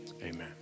Amen